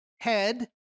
head